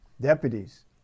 Deputies